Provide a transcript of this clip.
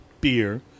beer